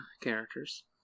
characters